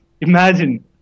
Imagine